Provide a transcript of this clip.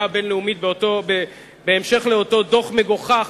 הבין-לאומית בהמשך לאותו דוח מגוחך